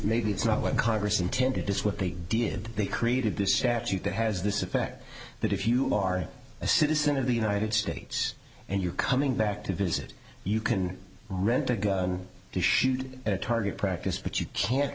maybe it's not what congress intended this what they did they created this statute that has this effect that if you are a citizen of the united states and you're coming back to visit you can rent a gun to shoot at a target practice but you can't